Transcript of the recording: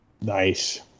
Nice